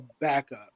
backup